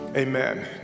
Amen